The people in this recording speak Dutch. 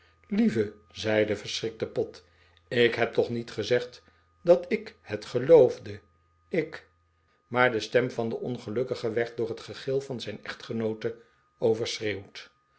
lieve zei de verschrikte pott ik heb toch niet gezegd dat ik het geloof de ik maar de stem van den ongelukkige werd door het gegil van zijn echtgenoote overschreeuwd